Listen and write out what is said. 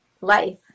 life